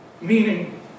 meaning